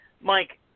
Mike